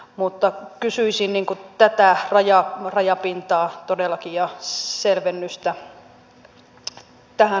mutta kysyisin tätä rajapintaa todellakin ja selvennystä tähän asiaan